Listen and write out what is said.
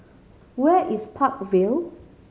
where is Park Vale